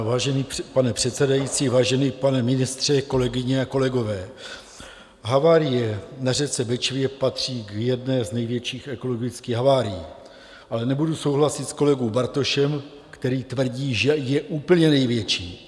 Vážený pane předsedající, vážený pane ministře, kolegyně a kolegové, havárie na řece Bečvě patří k jedné z největších ekologických havárií, ale nebudu souhlasit s kolegou Bartošem, který tvrdí, že je úplně největší.